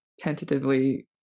tentatively